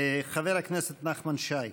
חבר הכנסת נחמן שי.